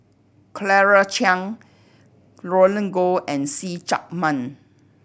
Claire Chiang Roland Goh and See Chak Mun